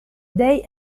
day